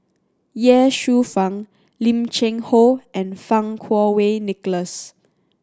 Ye Shufang Lim Cheng Hoe and Fang Kuo Wei Nicholas